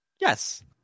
Yes